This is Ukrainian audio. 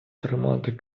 тримати